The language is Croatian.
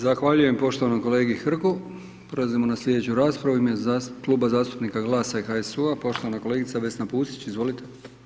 Zahvaljujem poštovanom kolegi Hrgu, prelazimo na sljedeću raspravu u kome Kluba zastupnika GLAS-a i HSU-a poštovana kolegica Vesna Pusić, izvolite.